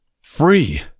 Free